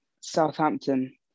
Southampton